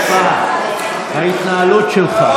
בושה וחרפה, ההתנהלות שלך.